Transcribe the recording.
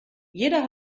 jeder